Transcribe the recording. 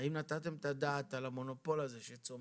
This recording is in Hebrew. האם נתתם את הדעת על המונופול הזה שצומח?